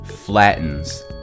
flattens